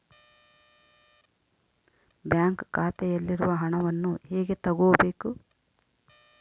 Bank ಖಾತೆಯಲ್ಲಿರುವ ಹಣವನ್ನು ಹೇಗೆ ತಗೋಬೇಕು?